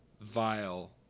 vile